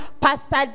Pastor